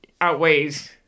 outweighs